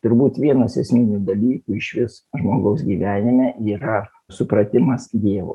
turbūt vienas esminių dalykų išvis žmogaus gyvenime yra supratimas dievo